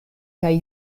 kaj